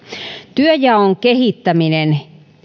työnjaon kehittäminen